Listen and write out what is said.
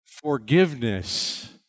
forgiveness